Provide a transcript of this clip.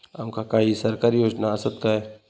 आमका काही सरकारी योजना आसत काय?